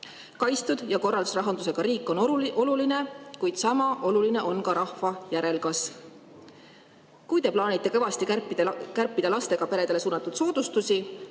Kaitstud ja korras rahandusega riik on oluline, kuid sama oluline on ka rahva järelkasv. Kui te plaanite kõvasti kärpida lastega peredele suunatud soodustusi